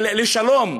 לשלום,